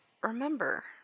remember